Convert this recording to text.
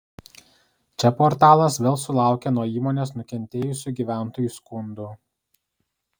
čia portalas vėl sulaukė nuo įmonės nukentėjusių gyventojų skundų